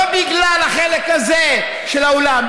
לא בגלל החלק הזה של האולם,